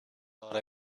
thought